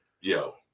yo